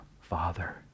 Father